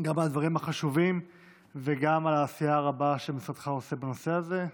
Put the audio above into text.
גם על הדברים החשובים וגם על העשייה הרבה שמשרדך עושה בנושא הזה.